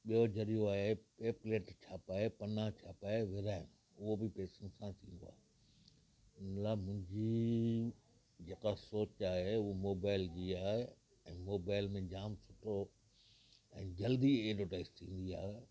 ॿियो ज़रियो आहे पैपलेट छापाए पन्ना छापाए विराय उहो बि पेसनि सां थींदो आहे इन लाइ मुंहिंजी जेका सोच आहे हूअ मोबाइल जी आहे ऐं मोबाइल में जाम सुठो ऐं जल्दी एडवर्टाइज थींदी आहे